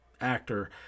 actor